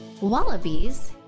Wallabies